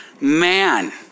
man